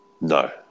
No